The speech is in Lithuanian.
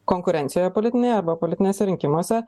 konkurencijoje politinėje arba politiniuose rinkimuose